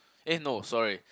no sorry